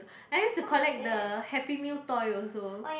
I use to collect the happy meal toy also